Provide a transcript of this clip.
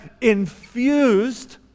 infused